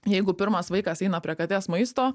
jeigu pirmas vaikas eina prie katės maisto